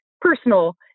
personal